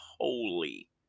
holy